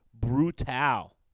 brutal